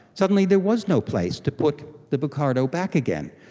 suddenly there was no place to put the bucardo back again,